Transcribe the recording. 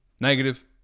Negative